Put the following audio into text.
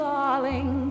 Darling